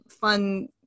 fun